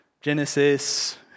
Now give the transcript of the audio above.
Genesis